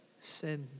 sin